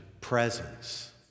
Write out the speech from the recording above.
presence